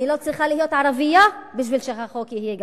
אני לא צריכה להיות ערבייה בשביל שהחוק יהיה גזעני.